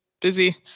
Busy